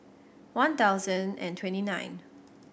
one thousand and twenty nine